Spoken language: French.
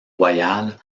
royale